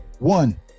One